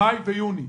מאי ויוני.